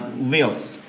wills.